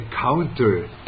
counter-